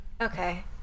Okay